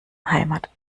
heimat